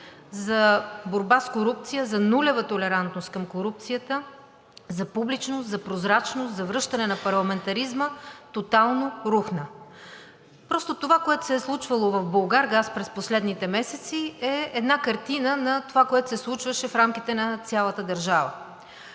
за борба с корупцията, за нулева толерантност към корупцията, за публичност, за прозрачност, за връщане на парламентаризма тотално рухна. Просто това, което се е случвало в „Булгаргаз“ през последните месеци, е една картина на това, което се случваше в рамките на цялата държава.